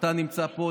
אתה נמצא פה,